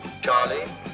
charlie